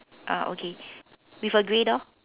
ah okay with a grey door